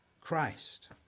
Christ